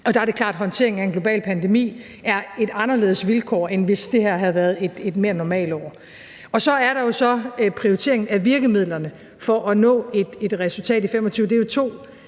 og der er det klart, at håndteringen af en global pandemi er et anderledes vilkår, end hvis det her havde været et mere normalt år. Og så er der jo prioriteringen af virkemidlerne for at nå et resultat i 2025. Det er jo to